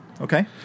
Okay